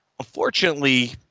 Unfortunately